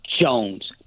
Jones